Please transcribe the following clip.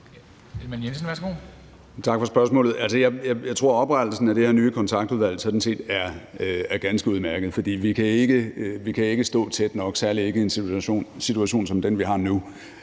Jeg tror, at oprettelsen af det her nye kontaktudvalg sådan set er ganske udmærket, for vi kan ikke stå tæt nok. Særlig i en situation som den, vi har nu,